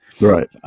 Right